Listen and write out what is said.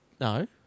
No